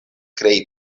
krei